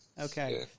Okay